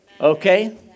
Okay